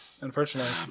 unfortunately